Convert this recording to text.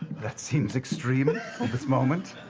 that seems extreme at this moment.